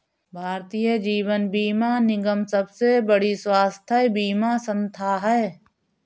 भारतीय जीवन बीमा निगम सबसे बड़ी स्वास्थ्य बीमा संथा है